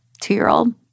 two-year-old